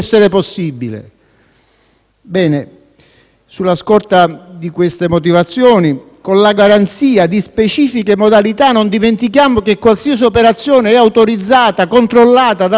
Sulla scorta di queste motivazioni, con la garanzia di specifiche modalità - non dimentichiamo che qualsiasi operazione è autorizzata e controllata dalla magistratura